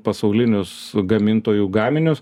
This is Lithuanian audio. pasaulinius gamintojų gaminius